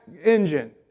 engine